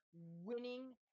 winning